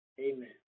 Amen